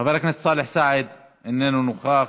חבר הכנסת סלאח סעד, איננו נוכח,